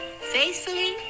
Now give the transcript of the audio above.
faithfully